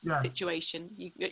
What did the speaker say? situation